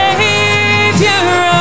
Savior